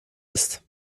ist